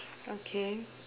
okay